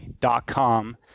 dot-com